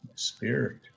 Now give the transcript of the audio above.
Spirit